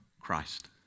Christ